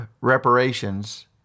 reparations